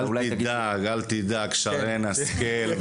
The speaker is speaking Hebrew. אבל